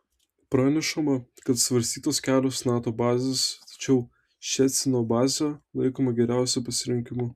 pranešama kad svarstytos kelios nato bazės tačiau ščecino bazė laikoma geriausiu pasirinkimu